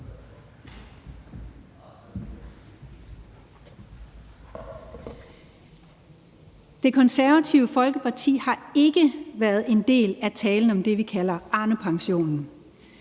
Det Konservative Folkeparti har ikke været en del af talen om det, vi kalder Arnepensionen.